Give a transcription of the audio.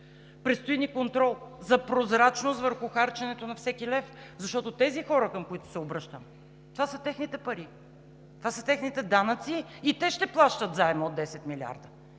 Предстои ни контрол за прозрачност върху харченето на всеки лев, защото тези хора, към които се обръщам – това са техните пари, това се техните данъци и те ще плащат заема от 10 милиарда.